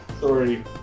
Sorry